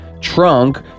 trunk